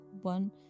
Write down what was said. one